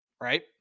right